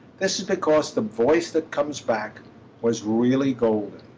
this is because the voice that comes back was really golden.